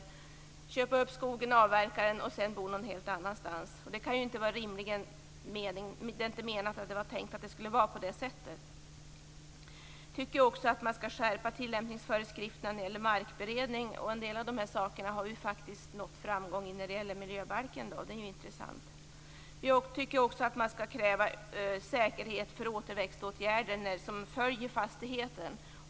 De kan köpa upp skogen, avverka den och sedan bo någon helt annanstans. Det var inte tänkt att det skulle vara på det sättet. Vi tycker också att tillämpningsföreskrifterna när det gäller markberedning skall skärpas. Vi har faktiskt nått framgång när det gäller miljöbalken, vilket är intressant. Vi tycker också att man skall kräva säkerhet för återväxtåtgärder som följer fastigheten.